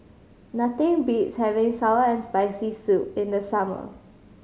nothing beats having sour and Spicy Soup in the summer